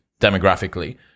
demographically